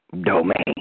domain